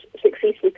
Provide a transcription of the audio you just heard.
successfully